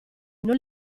non